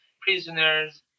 prisoners